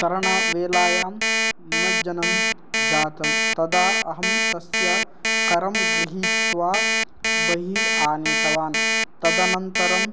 तरणवेलायां निमज्जनं जातं तदा अहं तस्य करं गृहीत्वा बहिः आनीतवान् तदनन्तरं